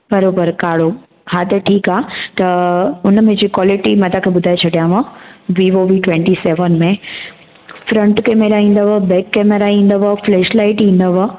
बरबर काड़ो हा त ठीकु आहे त हुनमें जीअं क्वालिटी मां तव्हांखे ॿुधाइ छॾियांव वीवो वी ट्वैंटी सेवन में फ्रंट कैमरा ईंदव बैक कैमरा ईंदव फ्लैश लाइट ईंदव